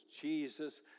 Jesus